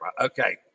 Okay